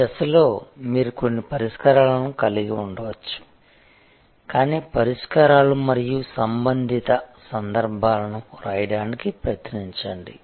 ఈ దశలో మీరు కొన్ని పరిష్కారాలను కలిగి ఉండవచ్చు కానీ పరిష్కారాలు మరియు సంబంధిత సందర్భాలను వ్రాయడానికి ప్రయత్నించండి